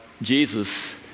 Jesus